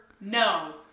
No